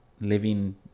living